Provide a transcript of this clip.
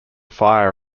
fire